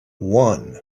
one